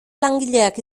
langileak